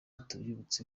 tubibutse